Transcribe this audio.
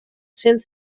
cents